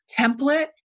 template